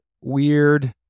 weird